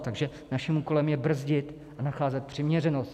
Takže naším úkolem je brzdit a nacházet přiměřenost.